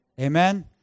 Amen